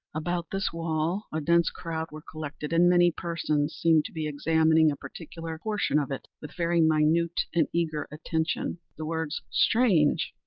about this wall a dense crowd were collected, and many persons seemed to be examining a particular portion of it with very minute and eager attention. the words strange!